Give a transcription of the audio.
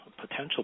potential